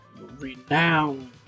renowned